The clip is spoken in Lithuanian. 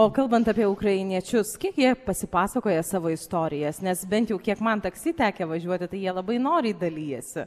o kalbant apie ukrainiečius kiek jie pasipasakoja savo istorijas nes bent jau kiek man taksi tekę važiuoti tai jie labai noriai dalijasi